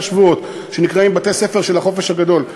שבועות שנקראים בתי-הספר של החופש הגדול,